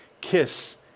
kiss